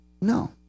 no